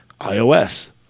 iOS